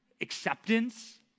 acceptance